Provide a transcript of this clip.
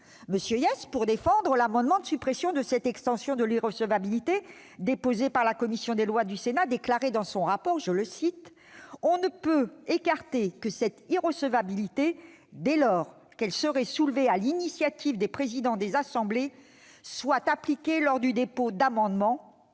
M. Hyest, pour défendre l'amendement visant à supprimer cette extension de l'irrecevabilité, déposé par la commission des lois du Sénat, déclarait dans son rapport :« Par ailleurs, on ne peut écarter que cette irrecevabilité, dès lors qu'elle serait soulevée à l'initiative des présidents des assemblées, soit appliquée lors du dépôt des amendements